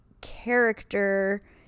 character